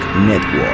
Network